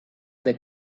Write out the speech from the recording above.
they